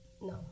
No